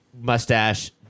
Mustache